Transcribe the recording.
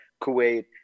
Kuwait